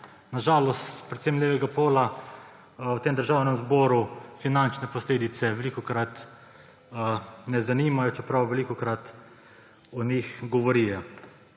na žalost predvsem levega pola v tem državnem zboru finančne posledice velikokrat ne zanimajo, čeprav velikokrat o njih govorijo.